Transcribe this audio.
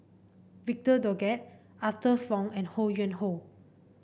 Victor Doggett Arthur Fong and Ho Yuen Hoe